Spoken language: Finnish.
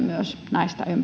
näistä